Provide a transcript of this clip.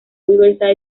riverside